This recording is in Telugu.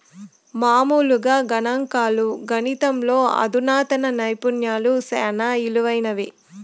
మామూలుగా గణంకాలు, గణితంలో అధునాతన నైపుణ్యాలు సేనా ఇలువైనవి